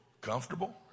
comfortable